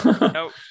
Nope